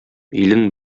илен